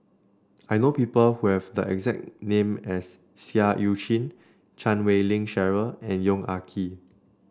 I know people who have the exact name as Seah Eu Chin Chan Wei Ling Cheryl and Yong Ah Kee